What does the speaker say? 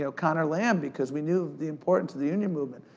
so connor lamb. because we knew the importance of the union movement.